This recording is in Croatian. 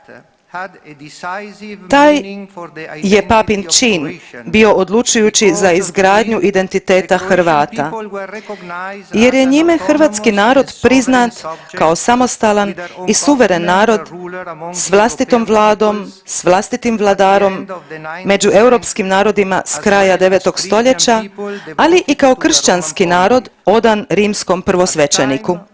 Taj je Papin čin bio odlučujući za izgradnju identiteta Hrvata jer je njime hrvatski narod priznat kao samostalan i suveren narod s vlastitom vladom, s vlastitim vladarom među europskim narodima s kraja 9. stoljeća, ali i kao kršćanski narod odan rimskom prvosvećeniku.